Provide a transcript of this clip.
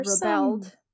rebelled